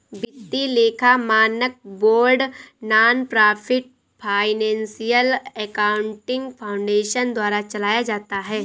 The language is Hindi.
वित्तीय लेखा मानक board nonprofit financial accounting foundation द्वारा चलाया जाता है